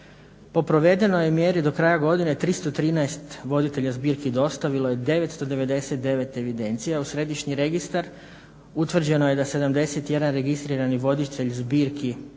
Po provedenoj je mjeri do kraja godine 313 voditelja zbirki dostavilo 999 evidencija u Središnji registar. Utvrđeno je da 71 registrirani voditelj zbirki